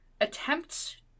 attempts